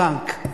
בנק.